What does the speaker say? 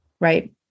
right